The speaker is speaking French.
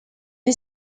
est